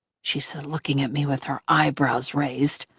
she said, looking at me with her eyebrows raised.